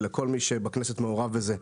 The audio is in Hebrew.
ולכל מי שמעורב בזה בכנסת.